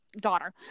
daughter